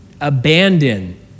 abandon